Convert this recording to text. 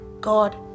God